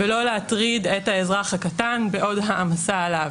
ולא להטריד את האזרח הקטן בעוד העמסה עליו.